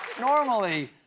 Normally